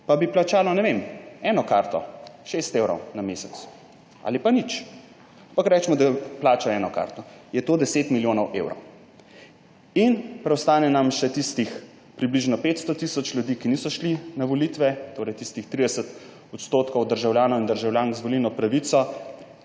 bi pa plačalo, ne vem, eno karto, 6 evrov na mesec, ali pa nič. Ampak recimo, da plača eno karto. Je to 10 milijonov evrov. In preostane nam še tistih približno 500 tisoč ljudi, ki niso šli na volitve, torej tistih 30 % državljanov in državljank z volilno pravico,